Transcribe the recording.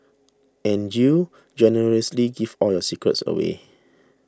and you generously give all your secrets away